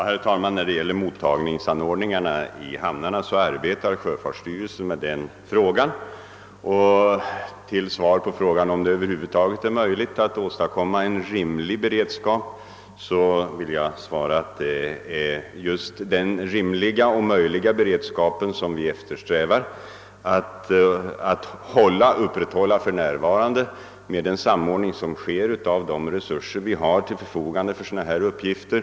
Herr talman! När det gäller frågan om mottagningsanordningarna i hamnarna vill jag svara att sjöfartsstyrelsen arbetar med den. På frågan huruvida det över huvud taget är möjligt att åstadkomma en rimlig beredskap vill jag svara att det är just en rimlig beredskap som vi strävar att upprätthålla med en samordning av de resurser vi har till förfogande för dessa uppgifter.